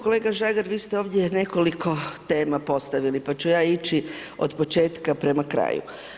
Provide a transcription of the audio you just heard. Kolega Žagar, vi ste ovdje nekoliko tema postavili pa ću ja ići od početka prema kraju.